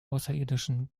außerirdischen